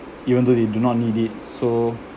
even though they do not need it so